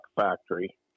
factory